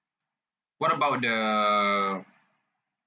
what about the